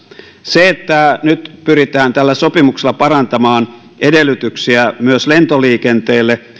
se että nyt pyritään tällä sopimuksella parantamaan edellytyksiä myös lentoliikenteelle